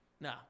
No